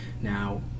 Now